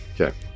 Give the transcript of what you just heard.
Okay